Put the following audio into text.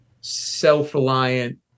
self-reliant